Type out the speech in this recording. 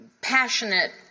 passionate